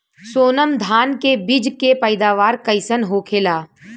सोनम धान के बिज के पैदावार कइसन होखेला?